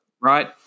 Right